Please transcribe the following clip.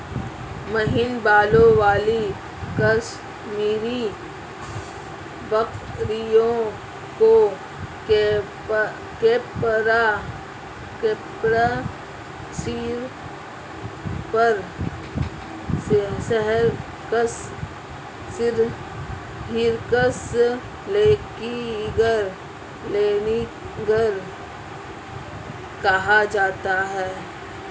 महीन बालों वाली कश्मीरी बकरियों को कैपरा हिरकस लैनिगर कहा जाता है